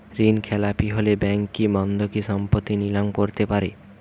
ঋণখেলাপি হলে ব্যাঙ্ক কি বন্ধকি সম্পত্তি নিলাম করতে পারে?